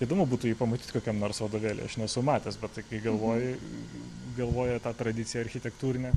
įdomu būtų jį pamatyt kokiame nors vadovėly aš nesu matęs bet tai kai galvoji galvoji tą tradiciją architektūrinę